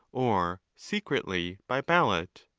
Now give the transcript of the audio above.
or secretly by ballot?